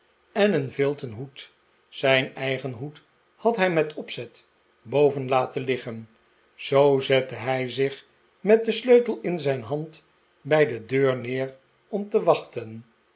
en een vilten hoed zijn eigen hoed had hij met dpzet boven laten liggen zoo zette hij zich met den sleutel in zijn hand bij de deur neer om te wachten